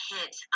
hit